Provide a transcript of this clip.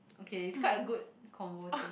okay it's quite a good convo thing